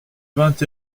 vingt